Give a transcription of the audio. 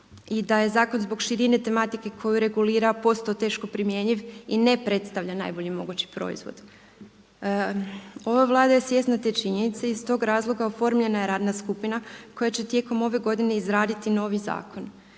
i da je zakon zbog širine tematike koju regulira postao teško primjenjiv i ne predstavlja najbolji mogući proizvod. Ova Vlada je svjesna te činjenice i iz tog razloga oformljena je radna skupina koja će tijekom ove godine izraditi novi zakon